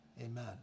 Amen